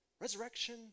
resurrection